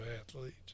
athletes